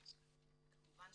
כמובן,